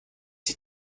die